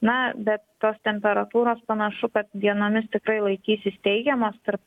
na bet tos temperatūros panašu kad dienomis tikrai laikysis teigiamos tarp